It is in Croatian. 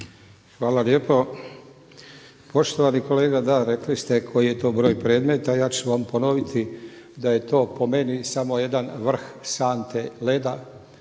Hvala lijepo. Poštovani kolega da rekli ste koji je to broj predmeta, ja ću vam ponoviti da je to po meni samo jedan vrh sante leda